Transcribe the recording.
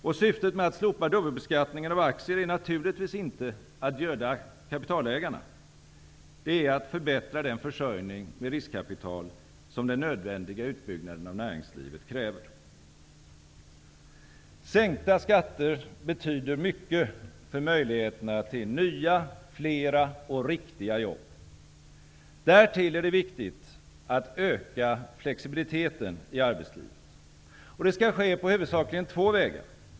Och syftet med att slopa dubbelbeskattningen av aktier är naturligtvis inte att göda kapitalägarna. Det är att förbättra den försörjning med riskkapital som den nödvändiga utbyggnaden av näringslivet kräver. Sänkta skatter betyder mycket för möjligheterna till nya, flera och riktiga jobb. Därtill är det viktigt att öka flexibiliteten i arbetslivet. Det skall ske på huvudsakligen två vägar.